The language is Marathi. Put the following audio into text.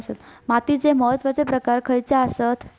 मातीचे महत्वाचे प्रकार खयचे आसत?